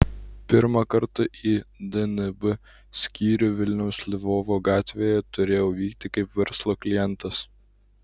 pirmą kartą į dnb skyrių vilniaus lvovo gatvėje turėjau vykti kaip verslo klientas